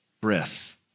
breath